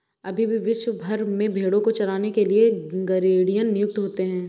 अभी भी विश्व भर में भेंड़ों को चराने के लिए गरेड़िए नियुक्त होते हैं